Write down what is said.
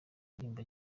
aririmba